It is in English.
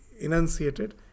enunciated